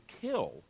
kill